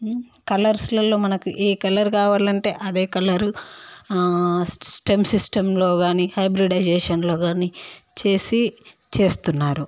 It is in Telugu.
కలర్స్లల్లో మనకు ఏ కలర్ కావాలంటే అదే కలరు స్టెమ్ సిస్టమ్లో కానీ హైబ్రిడైజేషన్లో కానీ చేసి చేస్తున్నారు